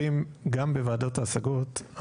מסוים כי אף אחד לא שינה את כתובת המגורים